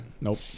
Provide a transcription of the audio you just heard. nope